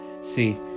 see